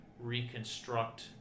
reconstruct